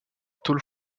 tôle